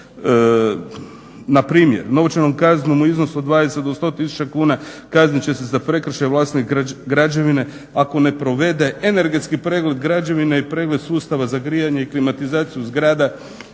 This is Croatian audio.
Na primjer novčanom kaznom u iznosu od 20 do 100000 kuna kaznit će se za prekršaj vlasnik građevine ako ne provede energetski pregled građevine i pregled sustava za grijanje i klimatizaciju zgrada